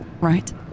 right